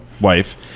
wife